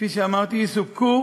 כפי שאמרתי, יסופקו